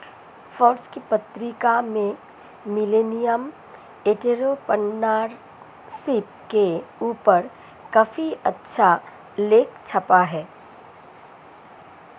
Forbes की पत्रिका में मिलेनियल एंटेरप्रेन्योरशिप के ऊपर काफी अच्छा लेख छपा है